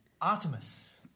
Artemis